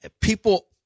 people